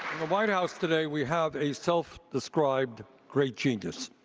the white house today we have a self-described great genius.